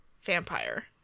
vampire